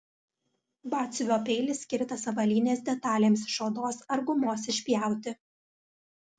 batsiuvio peilis skirtas avalynės detalėms iš odos ar gumos išpjauti